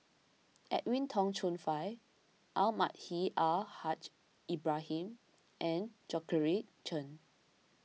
Edwin Tong Chun Fai Almahdi Al Haj Ibrahim and Georgette Chen